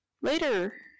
later